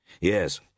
Yes